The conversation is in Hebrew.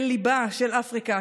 אל ליבה של אפריקה,